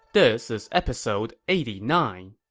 this is episode eighty nine